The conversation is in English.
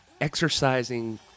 exercising